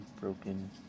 broken